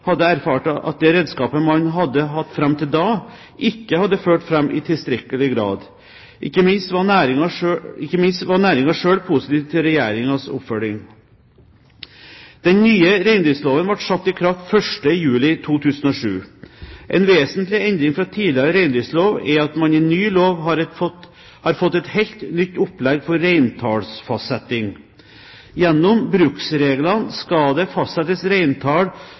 hadde erfart at det redskapet man hadde hatt fram til da, ikke hadde ført fram i tilstrekkelig grad. Ikke minst var næringen selv positiv til regjeringens oppfølging. Den nye reindriftsloven ble satt i kraft 1. juli 2007. En vesentlig endring fra tidligere reindriftslov er at man i ny lov har fått et helt nytt opplegg for reintallsfastsetting. Gjennom bruksreglene skal det fastsettes reintall